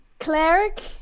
cleric